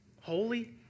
holy